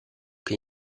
che